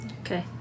Okay